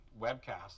webcast